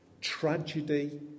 tragedy